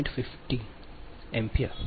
5 ° ampere